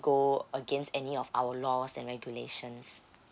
go against any of our laws and regulations